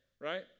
right